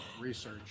Research